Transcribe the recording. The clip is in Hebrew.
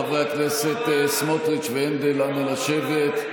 חברי הכנסת סמוטריץ' והנדל, נא לשבת.